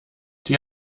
die